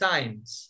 Times